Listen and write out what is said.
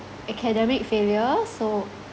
academic failure so